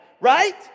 right